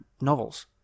novels